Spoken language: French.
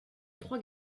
trois